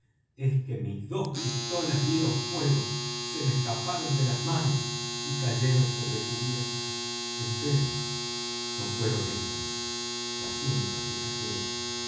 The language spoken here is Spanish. es que mis dos pistolas dieron fuego se me escaparon de las manos y cayeron sobre cubierta empero no fueron ellas las únicas que cayeron